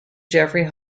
jeffrey